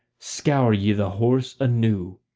scour ye the horse anew.